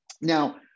Now